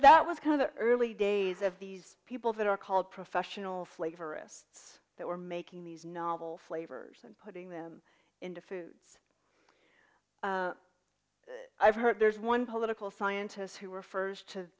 that was kind of the early days of these people that are called professional flavor wrists that were making these novel flavors and putting them into foods i've heard there's one political scientists who refers to